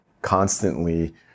constantly